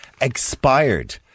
expired